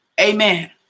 Amen